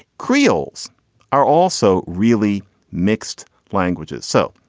creoles are also really mixed languages. so,